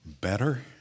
better